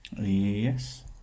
Yes